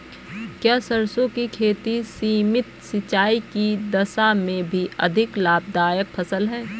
क्या सरसों की खेती सीमित सिंचाई की दशा में भी अधिक लाभदायक फसल है?